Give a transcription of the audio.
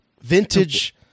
Vintage